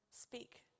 speak